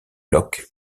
loch